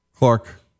Clark